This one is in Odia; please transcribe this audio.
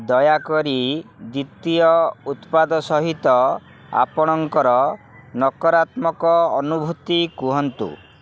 ଦୟାକରି ଦ୍ୱିତୀୟ ଉତ୍ପାଦ ସହିତ ଆପଣଙ୍କର ନକାରାତ୍ମକ ଅନୁଭୂତି କୁହନ୍ତୁ